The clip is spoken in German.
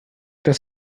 das